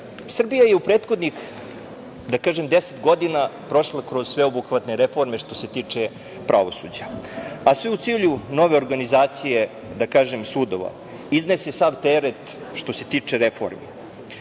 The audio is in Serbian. sudi. Srbija je u prethodnih, da kažem 10 godina, prošla kroz sveobuhvatne reforme što se tiče pravosuđa, a sve u cilju nove organizacije da kažem, sudova. Iznese sav teret što se tiče reformi,